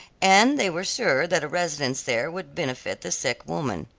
and they were sure that a residence there would benefit the sick woman.